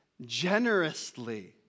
generously